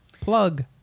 Plug